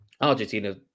Argentina